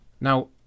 Now